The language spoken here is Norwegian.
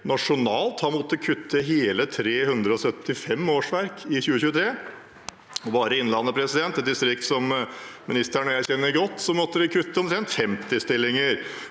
nasjonalt har måttet kutte hele 375 årsverk i 2023. Bare i Innlandet, et distrikt som ministeren og jeg kjenner godt, måtte vi kutte omtrent 50 stillinger.